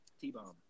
T-bomb